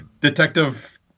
detective